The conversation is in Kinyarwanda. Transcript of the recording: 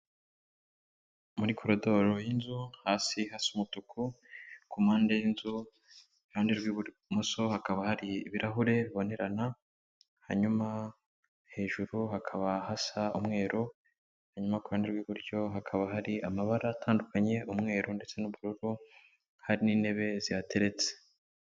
Muri koridoro y'inzu, hasi hasa umutuku ku mpande y'inzu. iruhande rw'ibumoso hakaba hari ibirahure bibonerana, hanyuma hejuru hakaba hasa umweru, hanyuma ku ruhande rw'iburyo hakaba hari amabara atandukanye umweru ndetse n'ubururu, hari n'intebe zihateretse.